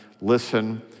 Listen